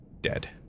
dead